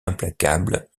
implacable